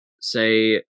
say